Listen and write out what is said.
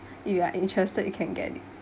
if you are interested you can get it